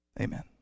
Amen